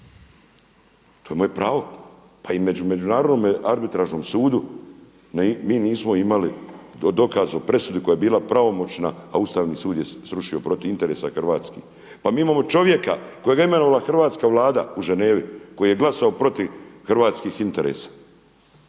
To je moje pravo. Pa i na Međunarodnom arbitražnom sudu mi nismo imali dokaz o presudi koja je bila pravomoćna a Ustavni sud je srušio protiv interesa hrvatskih. Pa mi imamo čovjeka kojeg je imenovala hrvatska Vlada u Ženevi, koji je glasao protiv hrvatskih interesa.